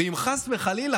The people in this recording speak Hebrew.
ואם חס וחלילה,